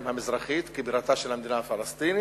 המזרחית כבירתה של המדינה הפלסטינית,